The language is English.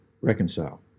reconcile